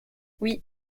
oui